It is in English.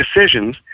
decisions